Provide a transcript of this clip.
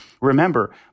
Remember